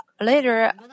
later